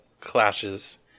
clashes